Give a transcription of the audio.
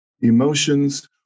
emotions